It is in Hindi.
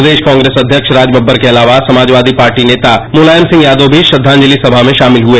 प्रदेश कांग्रेस अध्यक्ष राजब्बर के अलावा समाजवादी पार्टी नेता मुलायम सिंह यादव भी श्रद्धांजलि समा में शामिल हुए